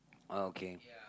okay